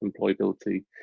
employability